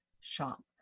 shop